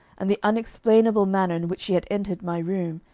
and the unexplainable manner in which she had entered my room,